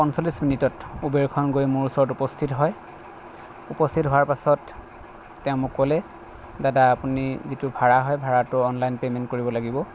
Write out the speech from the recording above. পঞ্চল্লিছ মিনিটত ওবেৰখন গৈ মোৰ ওচৰত উপস্থিত হয় উপস্থিত হোৱাৰ পাছত তেওঁ মোক ক'লে দাদা আপুনি যিটো ভাড়া হয় ভাড়াটো অনলাইন পে'মেণ্ট কৰিব লাগিব